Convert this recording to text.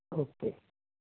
okay